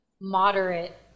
moderate